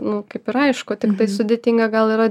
nu kaip ir aišku tiktai sudėtinga gal yra